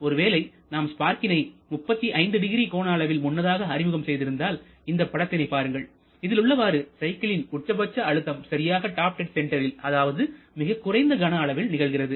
ஒருவேளை நாம் ஸ்பார்க்கினை 350 கோண அளவில் முன்னதாக அறிமுகம் செய்திருந்தால்இந்த படத்தினை பாருங்கள் இதில் உள்ளவாறுசைக்கிளின் உச்சபட்ச அழுத்தம் சரியாக டாப் டெட் சென்டரில் அதாவது மிகக் குறைந்த கன அளவில் நிகழ்கிறது